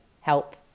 help